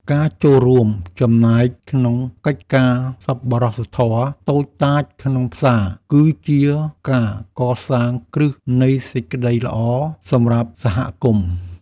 ការចូលរួមចំណែកក្នុងកិច្ចការសប្បុរសធម៌តូចតាចក្នុងផ្សារ គឺជាការកសាងគ្រឹះនៃសេចក្ដីល្អសម្រាប់សហគមន៍។